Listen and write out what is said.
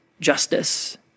justice